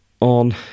on